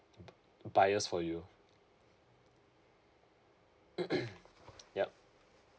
buyers for you yup